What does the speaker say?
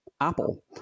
Apple